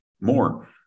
more